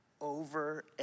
over